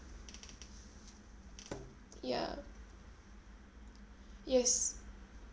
ya yes